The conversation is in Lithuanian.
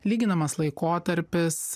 lyginamas laikotarpis